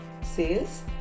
sales